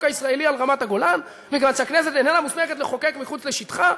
הישראלי על רמת-הגולן מפני שהכנסת איננה מוסמכת לחוקק מחוץ לשטחה?